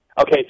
Okay